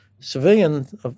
Civilian